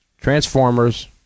Transformers